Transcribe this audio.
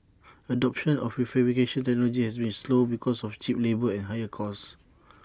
adoption of prefabrication technology has been slow because of cheap labour and higher cost